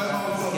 אתה טועה.